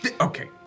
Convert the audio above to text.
Okay